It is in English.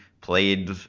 played